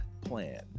Plan